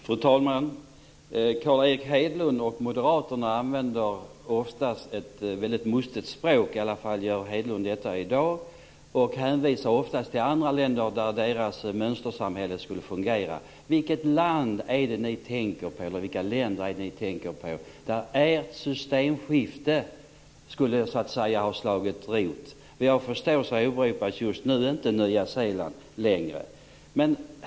Fru talman! Carl Erik Hedlund och moderaterna använder oftast ett väldigt mustigt språk - i alla fall gör Hedlund det i dag - och hänvisar oftast till andra länder där deras mönstersamhälle skulle fungera. Vilket land eller vilka länder är det ni tänker på där ert systemskifte skulle ha slagit rot? Vad jag förstår åberopas just nu inte Nya Zeeland längre.